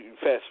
fast